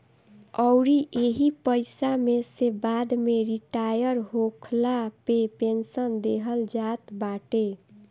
अउरी एही पईसा में से बाद में रिटायर होखला पे पेंशन देहल जात बाटे